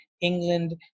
England